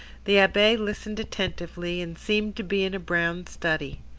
the abbe listened attentively, and seemed to be in a brown study.